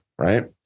right